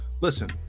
Listen